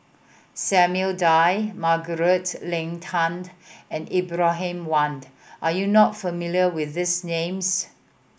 Samuel Dyer Margaret Leng Tan and Ibrahim Awang are you not familiar with these names